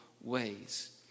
ways